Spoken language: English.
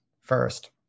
first